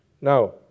Now